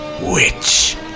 witch